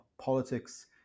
politics